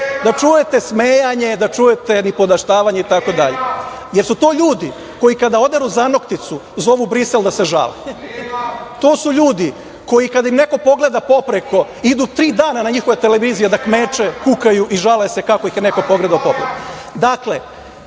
Da čujete smejanje, da čujete nipodaštavanje, itd, jer su to ljudi koji kada oderu zanokticu zovu Brisel da se žale. To su ljudi koji kad ih neko pogleda popreko idu tri dana na njihove televizije da kmeče, kukaju i žale se kako ih je neko pogledao popreko. Dakle,